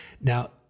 Now